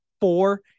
four